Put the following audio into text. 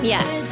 Yes